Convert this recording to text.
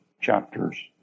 chapters